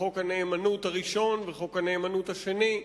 וחוק הנאמנות הראשון וחוק הנאמנות השני.